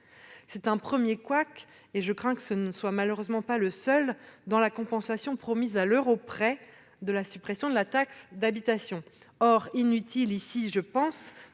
C'est un premier couac, et je crains que ce ne soit malheureusement pas le seul dans la compensation, promise à l'euro près, de la suppression de la taxe d'habitation. Je crois qu'il est